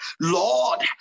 Lord